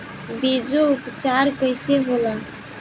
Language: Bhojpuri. बीजो उपचार कईसे होला?